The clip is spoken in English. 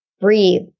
breathe